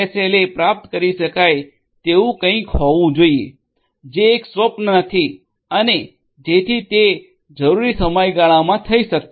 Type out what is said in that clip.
એ પ્રાપ્ત કરી શકાય તેવું કંઈક હોવું જોઈએ જે એક સ્વપ્ન નથી અને જેથી તે જરૂરી સમયગાળામાં થઈ શકતું નથી